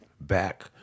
back